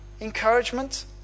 encouragement